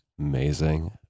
Amazing